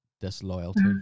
disloyalty